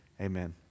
amen